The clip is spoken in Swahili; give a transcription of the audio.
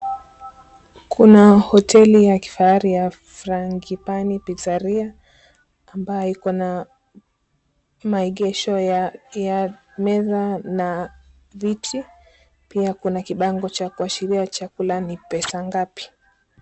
Kuna hoteli ya kifahari ya Frangipani Pizzeria ambayo ikona maegesho ya ya meza na viti pia kuna kibango cha kuashiria chakula ni pesa ngapi.